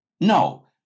No